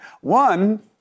One